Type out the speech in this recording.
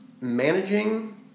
managing